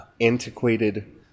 antiquated